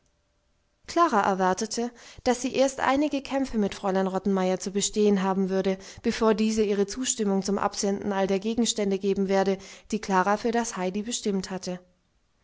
klara erwartete daß sie erst einige kämpfe mit fräulein rottenmeier zu bestehen haben würde bevor diese ihre zustimmung zum absenden all der gegenstände geben werde die klara für das heidi bestimmt hatte